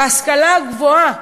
בהשכלה הגבוהה